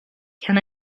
can